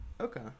Okay